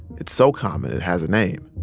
it's so common, it has a name.